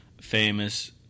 famous